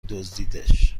دزدیدش